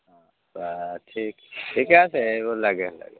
অঁ বাৰু ঠিক ঠিকে আছে এইবোৰ লাগে লাগে